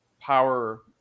power